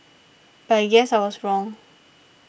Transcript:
but I guess I was wrong